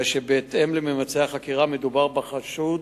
הרי שבהתאם לממצאי החקירה, מדובר בחשוד